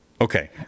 Okay